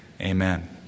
amen